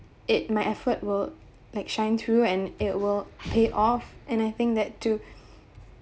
it my effort will like shine through and it will pay off and I think that too